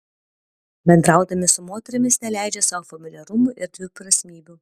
bendraudami su moterimis neleidžia sau familiarumų ir dviprasmybių